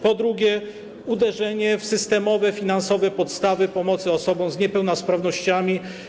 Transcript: Po drugie, uderzenie w systemowe, finansowe podstawy pomocy osobom z niepełnosprawnościami.